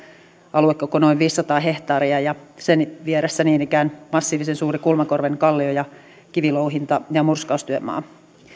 alue koko noin viisisataa hehtaaria ja sen vieressä niin ikään massiivisen suuri kulmakorven kallio ja kivilouhinta ja murskaustyömaa